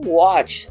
watch